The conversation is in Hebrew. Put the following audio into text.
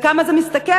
בכמה זה מסתכם?